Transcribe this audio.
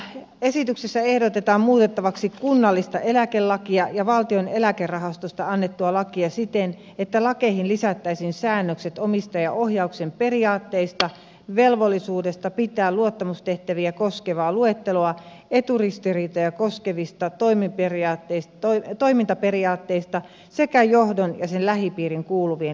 tässä esityksessä ehdotetaan muutettavaksi kunnallista eläkelakia ja valtion eläkerahastosta annettua lakia siten että lakeihin lisättäisiin säännökset omistajaohjauksen periaatteista velvollisuudesta pitää luottamustehtäviä koskevaa luetteloa eturistiriitoja koskevista toimintaperiaatteista sekä johdon ja sen lähipiiriin kuuluvien liiketoiminnasta